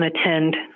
attend